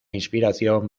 inspiración